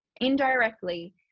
indirectly